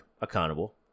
accountable